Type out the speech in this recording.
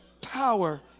power